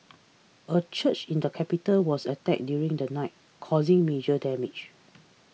a church in the capital was attacked during the night causing damage